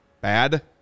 bad